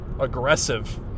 aggressive